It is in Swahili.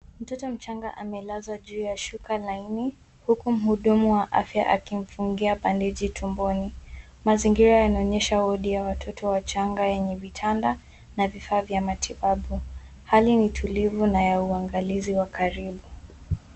Mtoti mchanga amelazwa juu ya shuka laini huku mhudumu wa afya akimfungia bandeji tumboni. Mazingira yanaonyesha wodi wa watoto wachanga yenye vitanda na vifaa vya matibabu. Hali ni tulivu na ya uangalizi wa karibu.